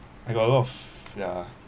I got a lot of yeah